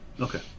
Okay